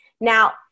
Now